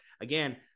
again